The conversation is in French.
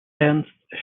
ernst